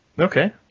okay